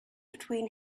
between